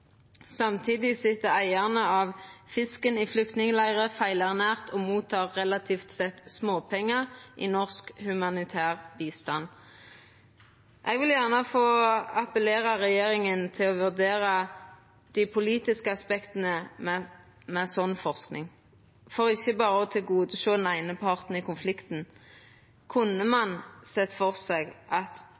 Samtidig sit eigarane av fisken i flyktningleirar, er feilernærte og får relativt sett småpengar i norsk humanitær bistand. Eg vil gjerne få appellera til regjeringa å vurdera dei politiske aspekta med sånn forsking. For ikkje berre å tilgodesjå den eine parten i konflikten, kunne ein sett føre seg at